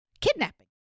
Kidnapping